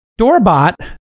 Doorbot